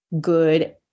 good